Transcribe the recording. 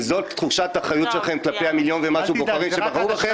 אם זאת תחושת האחריות שלכם כלפי המיליון ומשהו בוחרים שבחרו בכם,